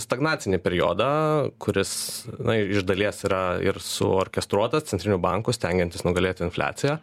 stagnacinį periodą kuris na iš dalies yra ir suorkestruotas centrinių bankų stengiantis nugalėti infliaciją